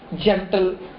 gentle